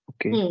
Okay